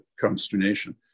consternation